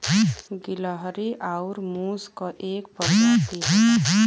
गिलहरी आउर मुस क एक परजाती होला